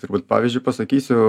turbūt pavyzdžiui pasakysiu